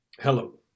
Hello